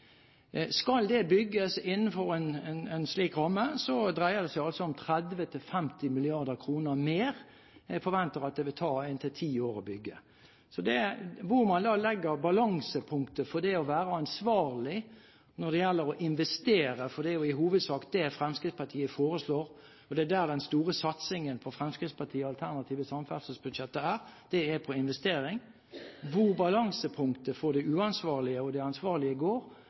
Skal det bygges innenfor en slik ramme, så dreier det seg altså om 30–50 mrd. kr mer. Jeg forventer at det vil ta inntil ti år å bygge. Så hvor man legger balansepunktet for det uansvarlige og det ansvarlige når det gjelder å investere – for det er jo i hovedsak det Fremskrittspartiet foreslår, og det er der den store satsingen i Fremskrittspartiets alternative samferdselsbudsjett er, det er på investering – se, det er i høyeste grad et politisk standpunkt og